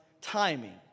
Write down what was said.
timing